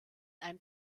einem